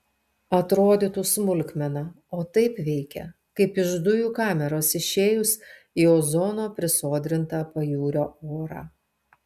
atrodytų smulkmena o taip veikia kaip iš dujų kameros išėjus į ozono prisodrintą pajūrio orą